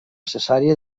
cesarea